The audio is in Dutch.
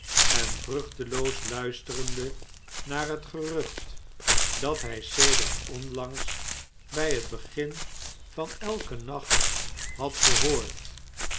en vruchtek o luisterende naar het gerucht dat hij sedert onlangs bij het begin van elken nacht had gehoord